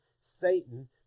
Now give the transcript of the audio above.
Satan